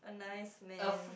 a nice man